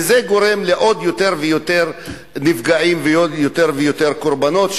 וזה גורם ליותר ויותר נפגעים ויותר קורבנות,